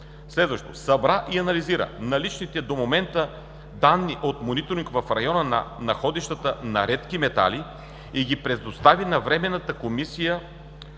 Хасково; - събира и анализира наличните до момента данни от мониторинг в района на находища на редки метали и ги предостави на Временната комисия